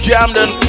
Camden